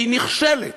היא נכשלת.